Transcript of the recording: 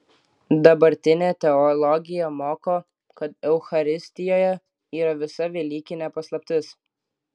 dabartinė teologija moko kad eucharistijoje yra visa velykinė paslaptis